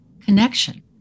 connection